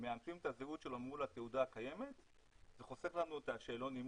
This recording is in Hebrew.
מאמתים את הזהות שלו מול התעודה הקיימת וזה חוסך לנו את שאלון האימות,